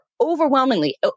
overwhelmingly